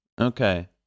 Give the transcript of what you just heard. Okay